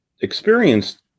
experienced